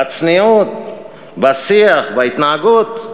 בצניעות, בשיח, בהתנהגות,